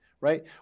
right